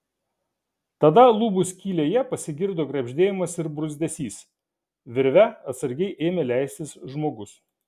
tada lubų skylėje pasigirdo krebždėjimas ir bruzdesys virve atsargiai ėmė leistis žmogus